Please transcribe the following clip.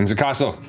the castle.